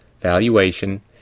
valuation